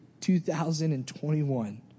2021